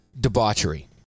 Debauchery